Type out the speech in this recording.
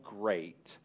great